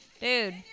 Dude